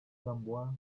gamboa